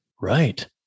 Right